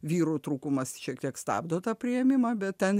vyrų trūkumas šiek tiek stabdo tą priėmimą bet ten